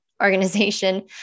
Organization